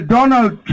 Donald